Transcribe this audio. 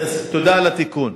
תודה על התיקון.